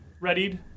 readied